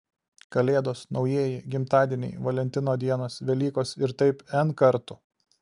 kalėdos naujieji gimtadieniai valentino dienos velykos ir taip n kartų